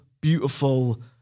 beautiful